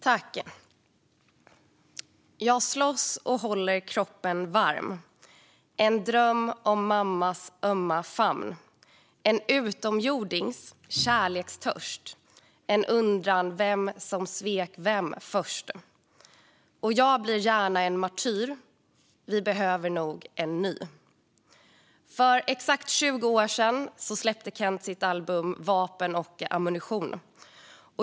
Fru talman! Jag slåss och håller kroppen varmEn dröm om mammas ömma famnEn utomjordings kärlekstörstEn undran vem som svek vem förstOch jag blir gärna en martyrVi behöver nog en ny För exakt 20 år sedan släppte Kent sitt album Vapen och ammunition .